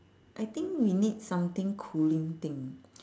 I think we need something cooling thing